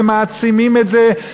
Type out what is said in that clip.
ומעצימים את זה.